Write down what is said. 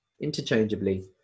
interchangeably